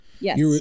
Yes